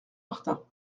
martin